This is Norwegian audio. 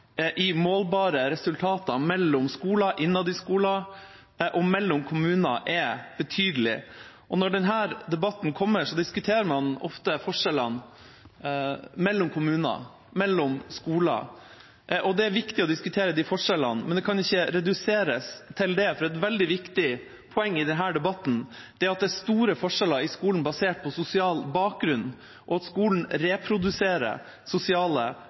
i målbare resultater mellom skoler, innad i skoler og mellom kommuner er betydelige. Når denne debatten kommer, diskuterer man ofte forskjellene mellom kommuner, mellom skoler. Det er viktig å diskutere disse forskjellene, men det kan ikke reduseres til det, for et veldig viktig poeng i denne debatten er at det er store forskjeller i skolen, basert på sosial bakgrunn, og at skolen reproduserer